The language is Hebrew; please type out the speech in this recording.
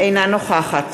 אינה נוכחת